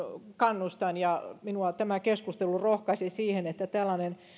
kannustan ja minua tämä keskustelu rohkaisi siihen että myös